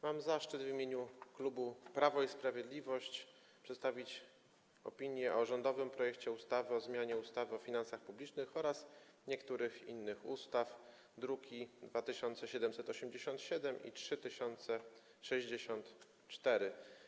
Mam zaszczyt w imieniu klubu Prawo i Sprawiedliwość przedstawić opinię o rządowym projekcie ustawy o zmianie ustawy o finansach publicznych oraz niektórych innych ustaw, druki nr 2787 i 3064.